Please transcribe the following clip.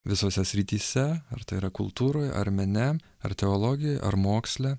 visose srityse ar tai yra kultūroj ar mene ar teologijoj ar moksle